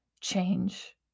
change